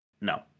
no